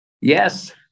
Yes